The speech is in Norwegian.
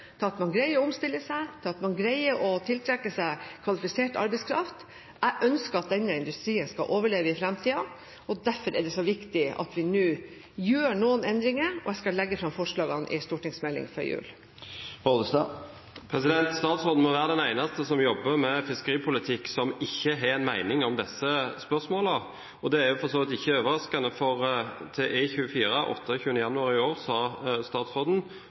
til at man greier å omstille seg, til at man greier å tiltrekke seg kvalifisert arbeidskraft. Jeg ønsker at denne industrien skal overleve i fremtiden, og derfor er det så viktig at vi nå gjør noen endringer, og jeg skal legge fram forslagene i en stortingsmelding før jul. Statsråden må være den eneste som jobber med fiskeripolitikk, som ikke har en mening om disse spørsmålene. Det er for så vidt ikke overraskende, for til E24 den 28. januar i år sa statsråden: